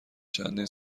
چندین